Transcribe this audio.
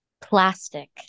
plastic